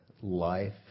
life